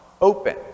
open